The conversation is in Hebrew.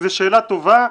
זו שאלה טובה.